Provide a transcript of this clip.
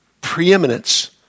preeminence